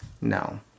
No